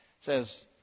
says